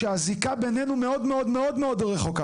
שהזיקה בינינו מאוד מאוד רחוקה.